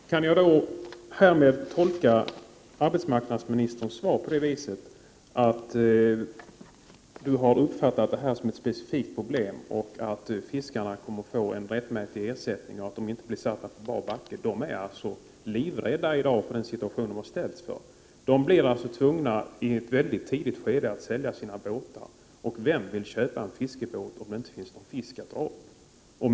Herr talman! Kan jag tolka arbetsmarknadsministern svar på det sättet att hon har uppfattat detta som ett specifikt problem och att fiskarna kommer att få en rättmätig ersättning, så att de inte blir satta på bar backe? De är i dag livrädda för den situation som de har ställts inför. De blir i ett mycket tidigt skede tvungna att sälja sina båtar, och vem vill köpa en fiskebåt om det inte finns någon fisk att dra upp?